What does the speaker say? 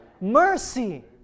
Mercy